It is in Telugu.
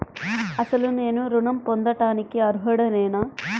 అసలు నేను ఋణం పొందుటకు అర్హుడనేన?